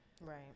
Right